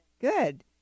good